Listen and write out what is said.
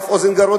אף-אוזן-גרון,